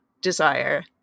desire